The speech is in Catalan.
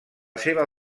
seva